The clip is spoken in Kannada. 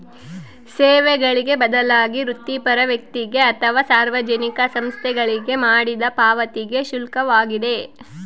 ಸೇವೆಗಳಿಗೆ ಬದಲಾಗಿ ವೃತ್ತಿಪರ ವ್ಯಕ್ತಿಗೆ ಅಥವಾ ಸಾರ್ವಜನಿಕ ಸಂಸ್ಥೆಗಳಿಗೆ ಮಾಡಿದ ಪಾವತಿಗೆ ಶುಲ್ಕವಾಗಿದೆ